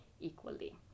equally